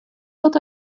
what